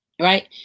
right